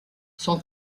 son